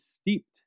steeped